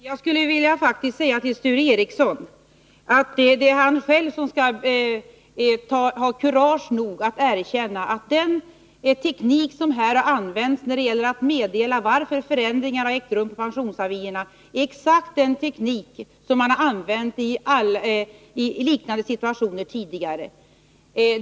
Herr talman! Jag skulle vilja säga till Sture Ericson att det är han själv som skall ha kurage nog att erkänna att den teknik som använts för att meddela på pensionsavierna varför förändringar har ägt rum är exakt den teknik som använts i liknande situationer tidigare.